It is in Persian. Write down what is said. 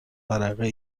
ورقه